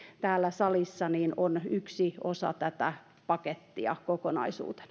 täällä salissa on yksi osa tätä pakettia kokonaisuutena